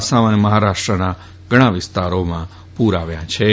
આસામ અને મહારાષ્ટ્રના ઘણા વિસ્તારોમાં પૂર આવ્યાં હતાં